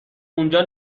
اونجا